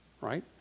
Right